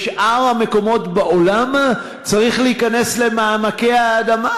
בשאר המקומות בעולם צריך להיכנס למעמקי האדמה,